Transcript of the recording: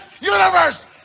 universe